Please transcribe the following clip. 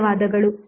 ಧನ್ಯವಾದಗಳು